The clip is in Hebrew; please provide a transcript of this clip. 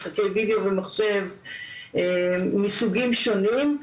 משחקי ווידאו ומחשב מסוגים שונים.